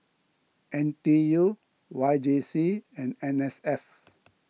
N T U Y J C and N S F